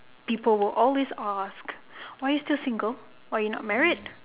people would always ask why are you still single why are you not married